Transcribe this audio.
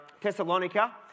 Thessalonica